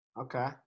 Okay